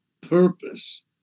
purpose